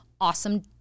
awesome